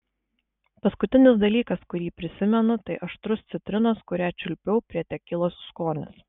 paskutinis dalykas kurį prisimenu tai aštrus citrinos kurią čiulpiau prie tekilos skonis